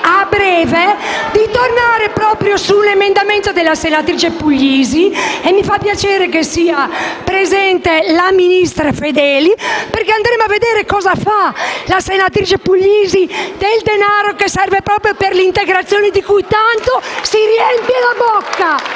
a breve di tornare proprio sull'emendamento della senatrice Puglisi - e mi fa piacere che sia presente la ministra Fedeli - perché andremo a vedere cosa fa la senatrice Puglisi del denaro che serve proprio per l'integrazione di cui tanto si riempie la bocca.